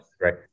Right